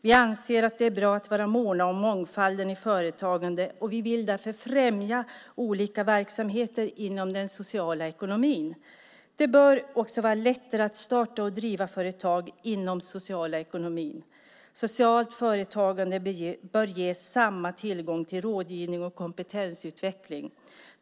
Vi anser att det är bra att vara måna om mångfalden i företagandet. Vi vill därför främja olika verksamheter inom den sociala ekonomin. Det bör också vara lättare att starta och driva företag inom den sociala ekonomin. Socialt företagande bör ges samma tillgång till rådgivning och kompetensutveckling.